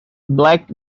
black